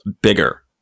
bigger